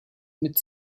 mit